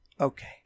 Okay